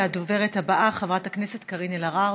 והדוברת הבאה, חברת הכנסת קארין אלהרר.